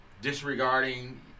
disregarding